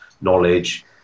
knowledge